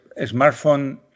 smartphone